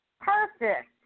Perfect